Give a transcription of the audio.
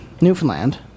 Newfoundland